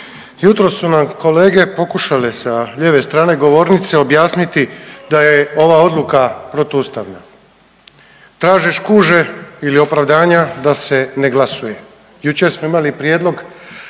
Jutros su nam kolege pokušale sa lijeve strane govornice objasniti da je ova odluka protuustavna. Traže škuže ili opravdanja da se ne glasuje. Jučer smo imali prijedlog